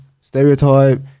stereotype